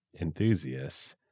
enthusiasts